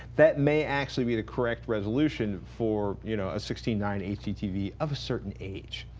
that may actually be the correct resolution for you know a sixty nine hdtv of a certain age.